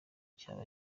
cyaba